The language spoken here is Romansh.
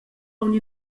aunc